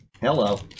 hello